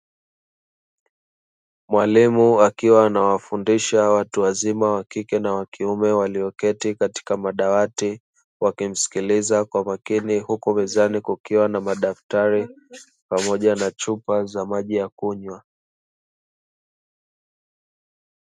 Mwalimu akiwa anawafundisha watu wazima, wa kike na wa kiume walioketi katika madawati, wakimsikiliza kwa makini, huku mezani kukiwa na madaftari pamoja na chupa za maji ya kunywa.